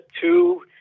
two